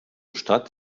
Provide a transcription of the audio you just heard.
stadt